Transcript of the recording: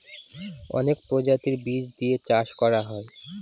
অনেক প্রজাতির বীজ দিয়ে চাষ করা হয়